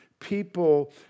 people